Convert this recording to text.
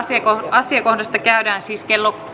asiakohdasta käydään siis kello